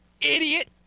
Idiot